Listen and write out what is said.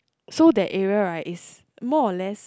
so that area right is more or less